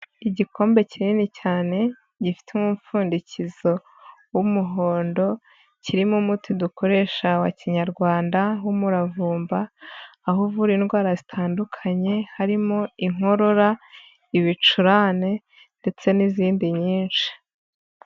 Igikombe kinini cyane, gifite umupfundikizo w'umuhondo, kirimo umuti dukoresha wa kinyarwanda w'umuravumba, aho uvura indwara zitandukanye, harimo inkorora, ibicurane ndetse n'izindi nyinshi.